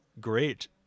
great